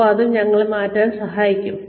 ഒപ്പം അത് ഞങ്ങളെ മാറ്റാൻ സഹായിക്കും